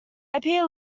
appeared